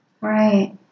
Right